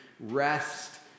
rest